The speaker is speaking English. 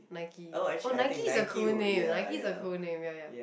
Nike oh Nike is a cool name Nike is a cool name ya ya